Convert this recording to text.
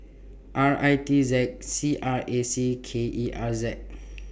R I T Z C R A C K E R Z